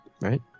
right